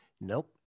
nope